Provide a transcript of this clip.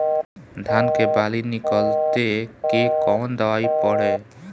धान के बाली निकलते के कवन दवाई पढ़े?